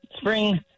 Spring